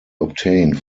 obtained